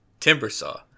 Timbersaw